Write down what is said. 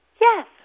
yes